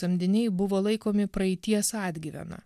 samdiniai buvo laikomi praeities atgyvena